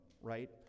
right